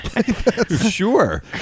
Sure